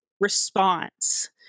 response